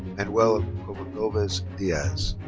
manuel cordovez diaz.